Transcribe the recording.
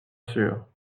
sûr